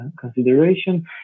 consideration